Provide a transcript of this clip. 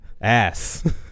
ass